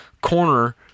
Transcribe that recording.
corner